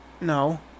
No